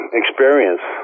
experience